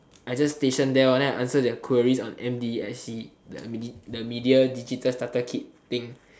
I just station there then I answer their queries on m_d_s_c the media digital starter kit thing